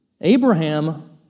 Abraham